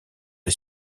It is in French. est